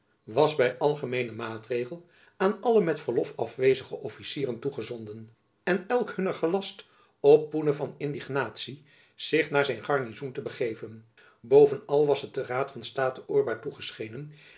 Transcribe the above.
was by algemeenen maatregel aan alle met verlof afwezige officieren toegezonden en elk hunner gelast op poene van indignatie zich naar zijn garnizoen te begeven bovenal was het den raad van state oirbaar toegeschenen